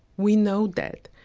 we know that.